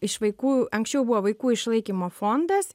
iš vaikų anksčiau buvo vaikų išlaikymo fondas